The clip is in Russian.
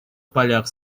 полях